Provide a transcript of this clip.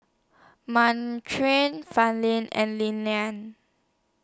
and Leland